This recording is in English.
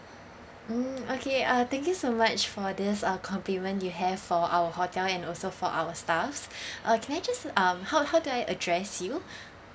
mm okay uh thank you so much for this uh compliment you have for our hotel and also for our staffs uh can I just um how how do I address you